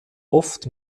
oft